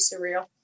surreal